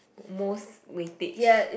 most wastage